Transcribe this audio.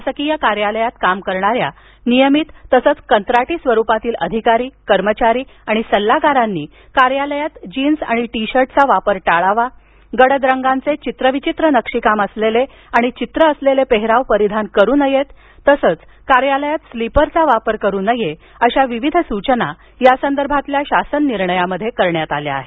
शासकीय कार्यालयात काम करणाऱ्या नियमित तसंच कंत्राटी स्वरूपातील अधिकारी कर्मचारी आणि सल्लागारांनी कार्यालयात जीन्स आणि टीशर्टचा वापर टाळावा गडद रंगांचे चित्रविचित्र नक्षीकाम आणि चित्र असलेले पेहराव परिधान करू नयेत तसंच कार्यालयात स्लीपरचा वापर करू नये अशा विविध सूचना यासंदर्भातील शासन निर्णयात करण्यात आल्या आहेत